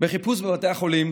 בחיפוש בבתי חולים,